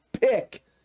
pick